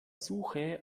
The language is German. suche